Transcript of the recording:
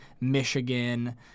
michigan